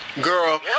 girl